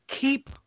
keep